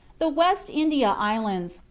the west india islands,